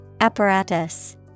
Apparatus